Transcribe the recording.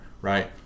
right